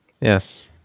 Yes